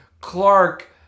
Clark